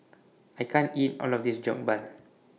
I can't eat All of This Jokbal